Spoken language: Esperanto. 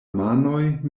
manoj